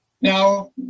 Now